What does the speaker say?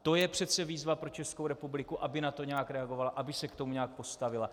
To je přece výzva pro Českou republiku, aby na to nějak reagovala, aby se k tomu nějak postavila.